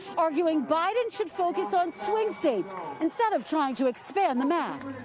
arguing biden should focus on swing states instead of trying to expand the map.